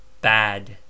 bad